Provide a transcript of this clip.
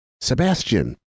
Sebastian